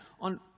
on